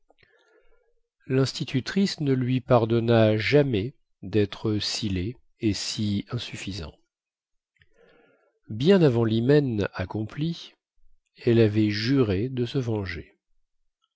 linstitutrice ne lui pardonna jamais dêtre si laid et si insuffisant bien avant lhymen accompli elle avait juré de se venger